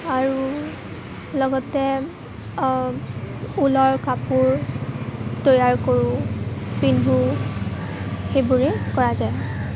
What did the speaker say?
আৰু লগতে ঊলৰ কাপোৰ তৈয়াৰ কৰোঁ পিন্ধো সেইবোৰেই কৰা যায়